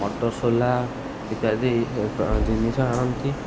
ମଟର ସୋଲା ଇତ୍ୟାଦି ଜିନିଷ ଆଣନ୍ତି